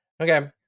Okay